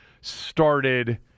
started